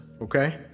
okay